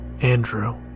Andrew